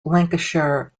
lancashire